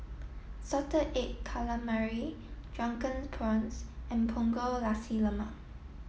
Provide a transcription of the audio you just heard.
salted egg calamari drunken prawns and Punggol Nasi Lemak